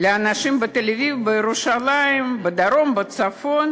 לאנשים בתל-אביב, בירושלים, בדרום, בצפון